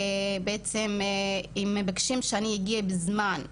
בעצם מהעבודה מבקשים שאני אגיע בזמן,